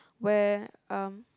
where um